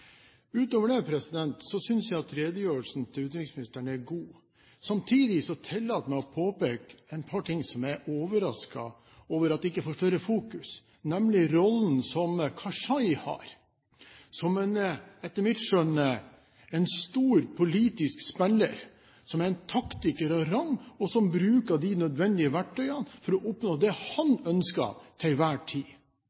Utover dette synes jeg at redegjørelsen til utenriksministeren er god. Samtidig tillater jeg meg å påpeke et par ting som jeg er overrasket over ikke får større fokus, nemlig rollen som Karzai har, som etter mitt skjønn er en stor politisk spiller, som er en taktiker av rang, og som bruker de nødvendige verktøyene for å oppnå det han